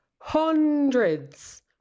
hundreds